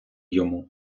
йому